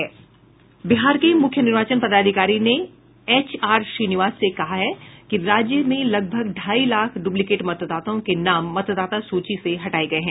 बिहार के मुख्य निर्वाचन पदाधिकारी एच आर श्रीनिवास ने कहा है कि राज्य में लगभग ढाई लाख डुप्लिकेट मतदाताओं के नाम मतदाता सूची से हटाये गये हैं